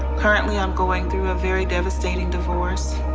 currently i'm going through a very devastating divorce,